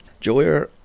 Julia